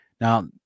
Now